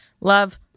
Love